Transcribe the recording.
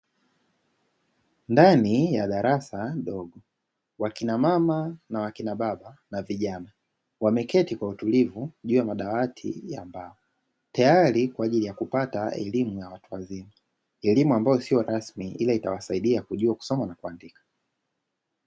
Ndani ya darasa dogo wakina mama na wakina baba na vijana wameketi kwa utulivu juu ya madawati ya mbao, tayari kwa ajili ya kupata elimu ya watu wazima; elimu ambayo sio rasmi ila itawasaidia kujua kusoma na kuandika.